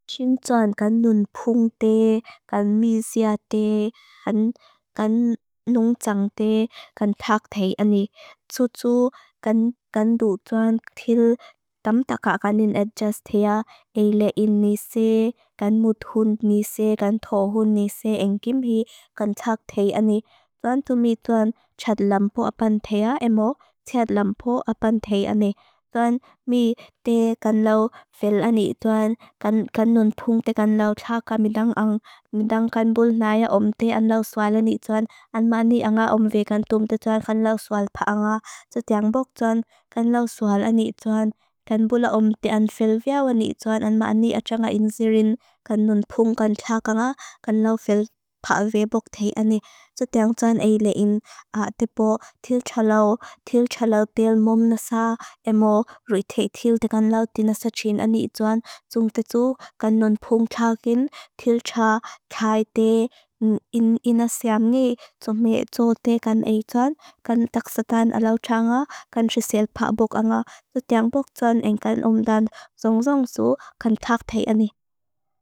Chinchuan gan nunphung te, gan misia te, gan nunjang te, gan takthei ani. Tsutsu gan lu tuan til tamtaka ganin adjasthea eile in nise, gan muthun nise, gan thohun nise, engkim hi, gan takthei ani. Tuan tumi tuan chatlampo apantea emo, chatlampo apantea ani. Tuan mi te gan lu fel ani tuan, gan nunphung te, gan lu chaka midang ang, midang kanbul naya om te, gan lu swal ani tuan, anma ani anga omve kan tumte tuan, kan lu swal pa anga. Tsutyangpok tuan, gan lu swal ani tuan, kan bula om te, gan fel viao ani tuan, anma ani ajanga inzirin, gan nunphung, gan chaka anga, gan lu fel pa vepok thei ani. Tsutyangpok tuan eile in tepo til chalao, til chalao tel mom nasa, emo, rui thei til te gan lao dinasachin ani tuan, tsumte tu, gan nunphung chakin, til cha khai te, inasiam ngi, tsumme zo te gan ei tuan, gan taksadan alau changa, gan shisil pa bok anga. Tsutyangpok tuan engan omdan zongzong su, kan takthei ani.